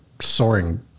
soaring